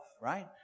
Right